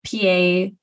PA